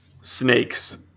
snakes